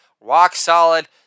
rock-solid